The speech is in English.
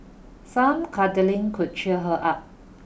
some cuddling could cheer her up